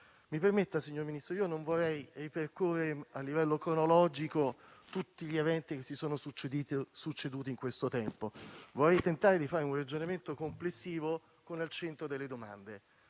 Aimi. Signor Ministro, non voglio ripercorrere a livello cronologico tutti gli eventi che si sono succeduti in questo tempo, ma vorrei tentare di fare un ragionamento complessivo, con al centro delle domande.